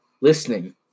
listening